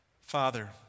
Father